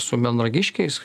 su melnragiškiais